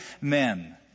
men